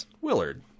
willard